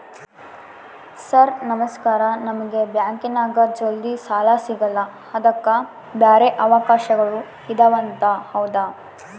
Sir ನಮಸ್ಕಾರ ನಮಗೆ ಬ್ಯಾಂಕಿನ್ಯಾಗ ಜಲ್ದಿ ಸಾಲ ಸಿಗಲ್ಲ ಅದಕ್ಕ ಬ್ಯಾರೆ ಅವಕಾಶಗಳು ಇದವಂತ ಹೌದಾ?